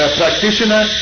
practitioner